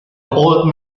old